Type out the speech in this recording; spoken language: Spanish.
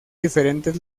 diferentes